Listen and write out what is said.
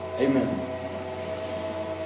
Amen